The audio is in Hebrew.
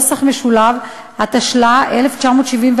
התשל"א 1971,